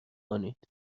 کنید